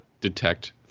detect